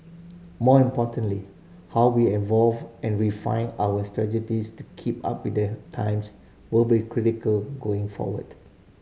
more importantly how we evolve and refine our strategies to keep up with the times will be critical going forward